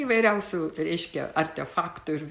įvairiausių reiškia artefaktų ir